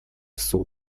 суд